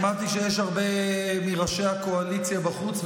שמעתי שיש הרבה מראשי הקואליציה בחוץ,